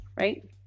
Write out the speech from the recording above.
right